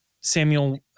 Samuel